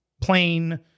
plain